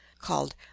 called